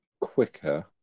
quicker